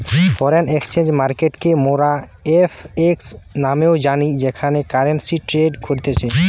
foreign exchange মার্কেটকে মোরা FX নামেও জানি যেখানে কারেন্সি ট্রেড করতিছে